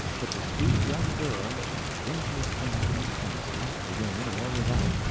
but the sweet young girl was the daintiest thing these premises, within or without,